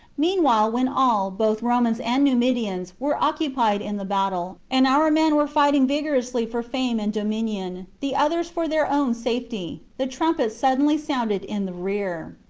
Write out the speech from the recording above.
meanwhile, when all, both romans and numidians, were occupied in the battle, and our men were fighting vigorously for fame and dominion, the others for their own safety, the trumpets suddenly sounded in the rear.